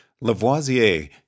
Lavoisier